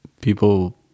people